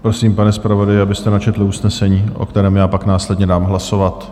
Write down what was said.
Prosím, pane zpravodaji, abyste načetl usnesení, o kterém pak následně dám hlasovat.